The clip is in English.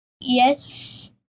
Yes